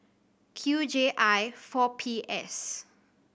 Q J I four P S